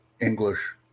English